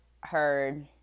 heard